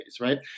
right